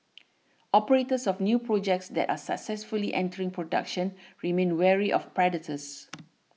operators of new projects that are successfully entering production remain wary of predators